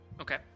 Okay